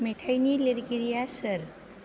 मेथाइनि लिरगिरिआ सोर